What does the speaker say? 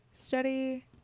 Study